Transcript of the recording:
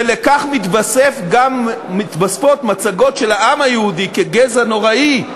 ולכך מתווספות מצגות של העם היהודי כגזע נוראי,